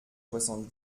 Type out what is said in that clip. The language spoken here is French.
soixante